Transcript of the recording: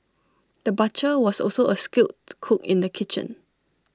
the butcher was also A skilled cook in the kitchen